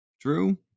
true